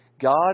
God